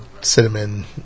cinnamon